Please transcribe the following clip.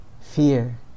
Fear